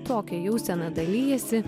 tokia jausena dalijasi